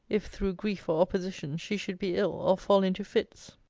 if, through grief or opposition, she should be ill, or fall into fits.